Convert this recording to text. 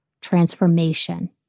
transformation